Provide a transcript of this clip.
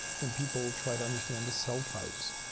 when people try to understand the cell types,